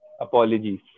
Apologies